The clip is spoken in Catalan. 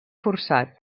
forçat